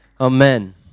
Amen